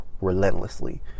relentlessly